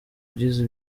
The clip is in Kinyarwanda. ugize